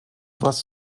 was